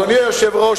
אדוני היושב-ראש,